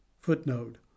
footnote